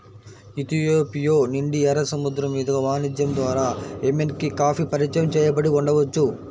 Ethiopia నుండి, ఎర్ర సముద్రం మీదుగా వాణిజ్యం ద్వారా ఎమెన్కి కాఫీ పరిచయం చేయబడి ఉండవచ్చు